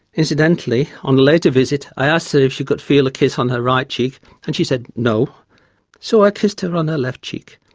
incidentally on a later visit i asked her if she could feel a kiss on her right cheek and she said no so i kissed her on her left cheek,